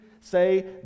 say